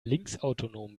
linksautonom